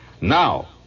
Now